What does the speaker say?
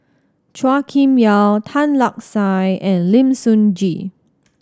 Chua Kim Yeow Tan Lark Sye and Lim Sun Gee